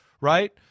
right